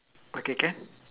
okay can